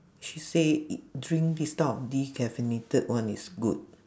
she say it drink this type of decaffeinated one is good